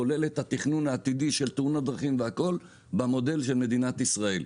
כולל את התכנון העתידי של תאונות דרכים והכל במודל של מדינת ישראל.